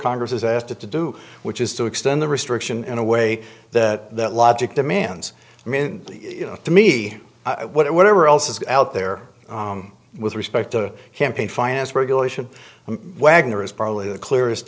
congress has asked it to do which is to extend the restriction in a way that logic demands i mean you know to me whatever else is out there with respect to campaign finance regulation wagner is probably the clearest